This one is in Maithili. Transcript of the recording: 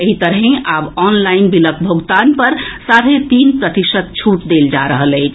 एहि तरहें आब ऑनलाईन बिलक भोगतान पर साढ़े तीन प्रतिशत छूट देल जा रहल अछि